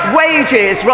wages